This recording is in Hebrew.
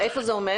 איפה זה עומד?